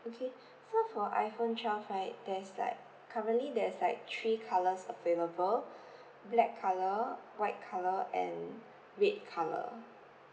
okay so for iphone twelve right there's like currently there's like three colours available black colour white color and red color